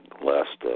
last